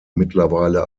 mittlerweile